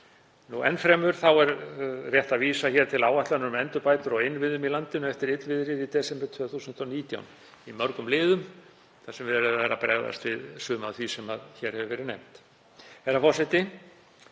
Enn fremur er rétt að vísa til áætlunar um endurbætur á innviðum í landinu eftir illviðrið í desember 2019, í mörgum liðum, þar sem verið er að bregðast við sumu af því sem hér hefur verið nefnt.